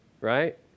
right